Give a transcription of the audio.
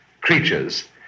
creatures